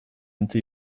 ontzi